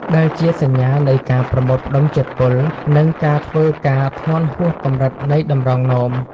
ដែលជាសញ្ញានៃការប្រមូលផ្តុំជាតិពុល និងការធ្វើការធ្ងន់ហួសកម្រិតនៃតម្រងនោម។